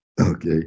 okay